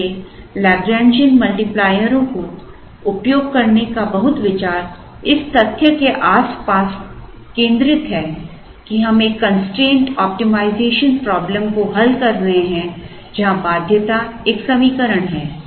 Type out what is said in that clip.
इसलिए लैग्रैन्जियन मल्टीप्लायरों का उपयोग करने का बहुत विचार इस तथ्य के आसपास केंद्रित है कि हम एक कंस्ट्रेंट ऑप्टिमाइजेशन प्रॉब्लम को हल कर रहे हैं जहां बाध्यता एक समीकरण है